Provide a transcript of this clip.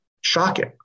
shocking